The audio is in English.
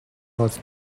was